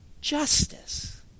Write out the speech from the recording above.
Justice